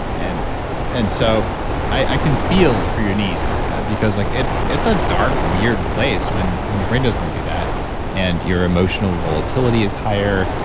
and and so i can feel for your niece because like it's a dark weird place when your your brain doesn't do that and your emotional volatility is higher.